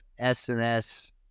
SNS